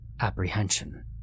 apprehension